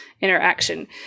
interaction